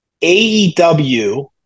AEW